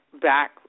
back